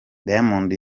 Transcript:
diamond